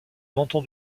menton